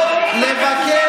אומרים: לא לבקר,